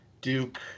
Duke